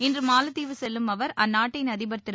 இன்று மாலத்தீவு செல்லும் அவர் அந்நாட்டின் அதிபர் திரு